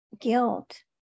Guilt